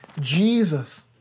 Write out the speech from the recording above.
Jesus